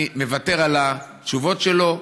אני מוותר על התשובות שלו,